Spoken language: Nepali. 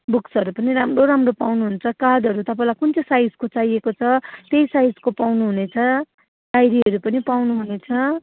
बुक्सहरू पनि राम्रो राम्रो पाउनुहुन्छ कार्डहरू तपाईँलाई कुन चाहिँ साइजको चाहिएको छ त्यही साइजको पाउनुहुनेछ डायरीहरू पनि पाउनुहुनेछ